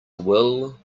will